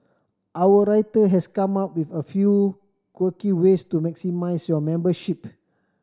our writer has come up with a few quirky ways to maximise your membership